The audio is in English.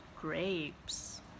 grapes